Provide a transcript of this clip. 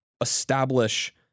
establish